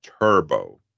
Turbo